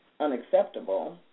unacceptable